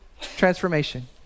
Transformation